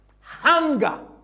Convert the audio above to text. hunger